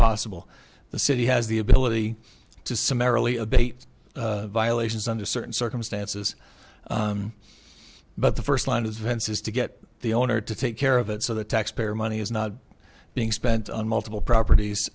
possible the city has the ability to summarily abate violations under certain circumstances but the first line advance is to get the owner to take care of it so the taxpayer money is not being spent on multiple properties